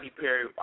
Perry